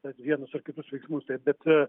ten vienus ar kitus veiksmus taip bet